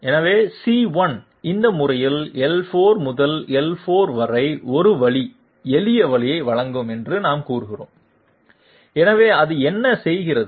எனவே c 1 இந்த முறையில் l4 முதல் l5 வரை ஒரு வழி எளியவழியை வழங்கும் என்று நாம் கூறுவோம் எனவே அது என்ன செய்கிறது